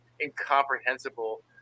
incomprehensible